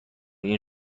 این